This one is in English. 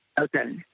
Okay